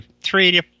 three